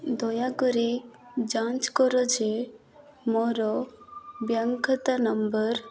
ଦୟାକରି ଯାଞ୍ଚ କର ଯେ ମୋର ବ୍ୟାଙ୍କ୍ ଖାତା ନମ୍ବର